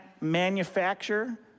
manufacture